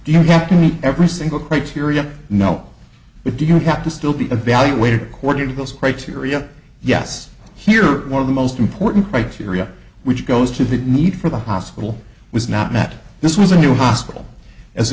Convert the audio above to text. do you have to meet every single criteria no you do you have to still be evaluated according to those criteria yes here is one of the most important criteria which goes to the need for the hospital was not met this was a new hospital as a